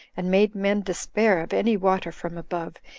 and made men despair of any water from above,